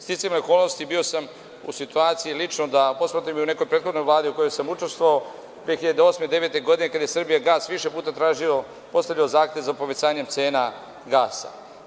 Sticajem okolnosti bio sam u situaciji lično da posmatram i u nekoj prethodnoj Vladi u kojoj sam učestvovao 2008, 2009. godine kada je „Srbijagas“ više puta tražio, postavljao zahtev za povećanjem cena gasa.